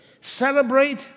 Celebrate